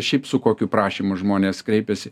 šiaip su kokiu prašymu žmonės kreipiasi